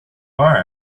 are